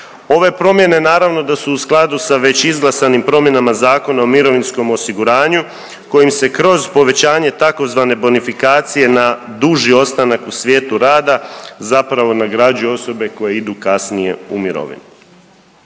Ove promjene naravno da su u skladu sa već izglasanim promjenama Zakona o mirovinskom osiguranju kojim se kroz povećanje tzv. bonifikacije na duži ostanak u svijetu rada zapravo nagrađuju osobe koje idu kasnije u mirovinu.